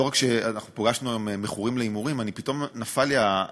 לא רק שאנחנו פגשנו היום מכורים להימורים אלא פתאום נפל לי האסימון,